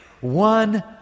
one